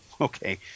Okay